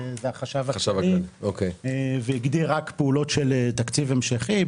זה החשב הכללי והוא הגדיר רק פעולות של תקציב המשכי,